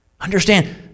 understand